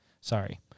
sorry